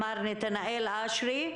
מר נתנאל אשרי,